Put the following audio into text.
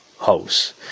house